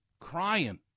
crying